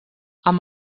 amb